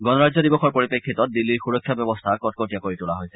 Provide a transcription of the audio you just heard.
গণৰাজ্য দিৱসৰ পৰিপ্ৰেক্ষিতত দিল্লীৰ সুৰক্ষা ব্যৱস্থা কটকটীয়া কৰি তোলা হৈছে